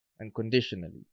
Unconditionally